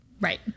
right